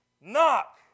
knock